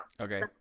okay